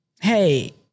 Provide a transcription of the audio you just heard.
hey